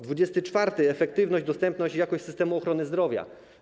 Dwudziestego czwartego - efektywność, dostępność i jakość systemu ochrony zdrowia.